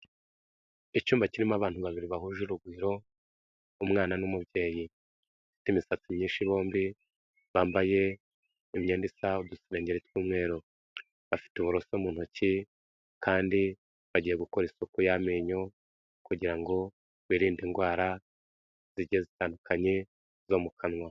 Icyumba kirimo abantu babiri bahuje urugwiro, umwana n'umubyeyi, bafite imisatsi myinshi bombi, bambaye imyenda isa udusengeri tw'umweru, bafite uburoso mu ntoki kandi bagiye gukora isuku y'amenyo kugira ngo birinde indwara zigiye zitandukanye zo mu kanwa.